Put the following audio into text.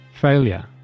failure